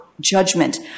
judgment